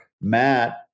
matt